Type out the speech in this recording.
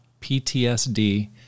PTSD